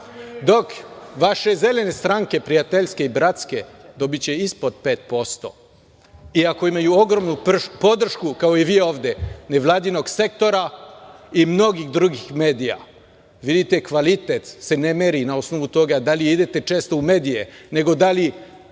dok vaše zelene stranke, prijateljske i bratske, dobiće ispod 5%, iako imaju ogromnu podršku, kao i vi ovde, nevladinog sektora i mnogih drugih medija. Vidite, kvalitet se ne meri na osnovu toga da li idete često u medije, nego da li